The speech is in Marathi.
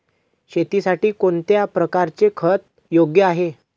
शेतीसाठी कोणत्या प्रकारचे खत योग्य आहे?